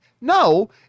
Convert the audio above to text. No